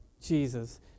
Jesus